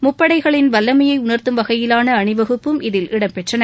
முப்படைகளின் வல்லமையை உணர்த்தும் வகையிலான அணிவகுப்பும் இதில் இடம்பெற்றன